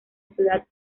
ciudad